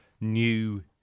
new